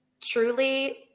Truly